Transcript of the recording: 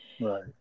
Right